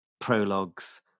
prologues